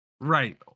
Right